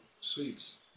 Sweets